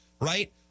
right